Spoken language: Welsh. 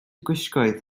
gwisgoedd